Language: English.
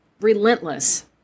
relentless